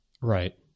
Right